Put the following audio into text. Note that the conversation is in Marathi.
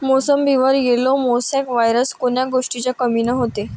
मोसंबीवर येलो मोसॅक वायरस कोन्या गोष्टीच्या कमीनं होते?